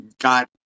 got